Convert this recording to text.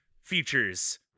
features